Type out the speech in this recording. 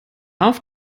auf